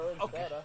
okay